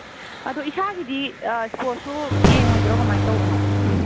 ꯑꯗꯣ ꯏꯁꯥꯒꯤꯗꯤ ꯁ꯭ꯄꯣꯔꯠ ꯁꯨ ꯌꯦꯡꯉꯣꯏꯗ꯭ꯔꯣ ꯀꯃꯥꯏ ꯇꯧꯕꯅꯣ